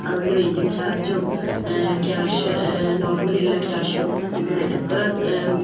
അതുകൊണ്ട് വെയ്റ്റിങ്ങ് ചാർജും ക്യാഷ് നോർമലിയുള്ള ക്യാഷും പിന്നെ എത്ര